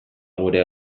gure